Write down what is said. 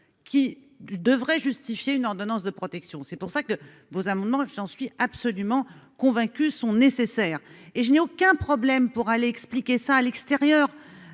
qui devrait justifier une ordonnance de protection, c'est pour ça que vos amendements, j'en suis absolument convaincu sont nécessaires et je n'ai aucun problème pour aller expliquer ça à l'extérieur,